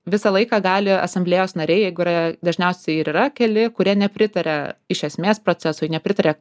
visą laiką gali asamblėjos nariai jeigu yra dažniausiai ir yra keli kurie nepritaria iš esmės procesui nepritaria